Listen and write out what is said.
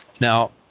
Now